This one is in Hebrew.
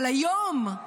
אבל היום,